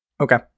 Okay